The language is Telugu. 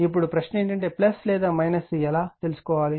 ఇప్పుడు ప్రశ్న ఏమిటంటే లేదా ఎలా తీసుకోవాలి